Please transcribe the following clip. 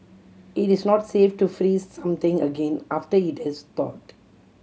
it is not safe to freeze something again after it has thawed